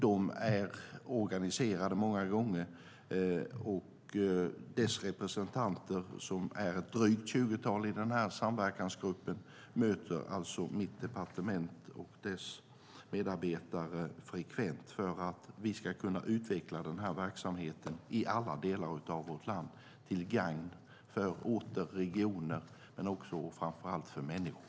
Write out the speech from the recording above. De är många gånger organiserade, och 20-talet representanter i den samverkansgruppen möter alltså mitt departement och dess medarbetare frekvent för att vi ska kunna utveckla den här verksamheten i alla delar av vårt land till gagn för orter och regioner och framför allt för människor.